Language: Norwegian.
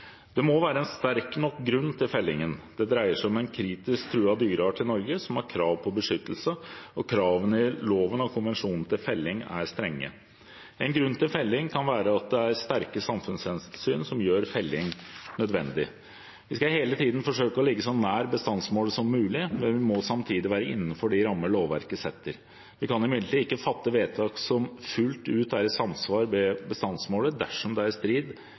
Det må være en sterk nok grunn til fellingen. Det dreier seg om en kritisk truet dyreart i Norge som har krav på beskyttelse, og kravene i loven og konvensjonen til felling er strenge. En grunn til felling kan være at det er sterke samfunnshensyn som gjør felling nødvendig. Vi skal hele tiden forsøke å ligge så nær bestandsmålet som mulig, men vi må samtidig være innenfor de rammer lovverket setter. Vi kan imidlertid ikke fatte vedtak som fullt ut er i samsvar med bestandsmålet dersom det er i strid